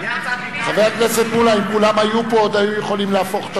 אם כולם היו פה עוד היו יכולים להפוך את